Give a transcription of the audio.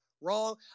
Wrong